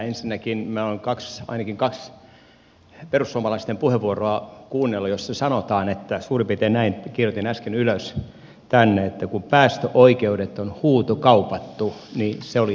ensinnäkin minä olen kuunnellut ainakin kaksi perussuomalaisten puheenvuoroa joissa sanotaan suurin piirtein näin kirjoitin äsken ylös tämän että kun päästöoikeudet on huutokaupattu niin se oli siinä